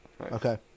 Okay